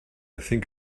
think